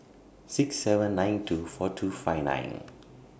six seven nine two four two five nine